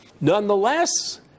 Nonetheless